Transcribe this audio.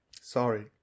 Sorry